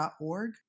.org